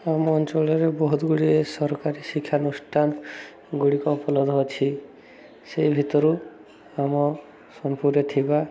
ଆମ ଅଞ୍ଚଳରେ ବହୁତ ଗୁଡ଼ିଏ ସରକାରୀ ଶିକ୍ଷାନୁଷ୍ଠାନ ଗୁଡ଼ିକ ଉପଲବ୍ଧ ଅଛି ସେଇ ଭିତରୁ ଆମ ସୋନପୁରରେ ଥିବା